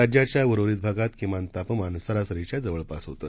राज्याच्या उर्वरीत भागात किमान तापमान सरासरीच्या जवळ पास होते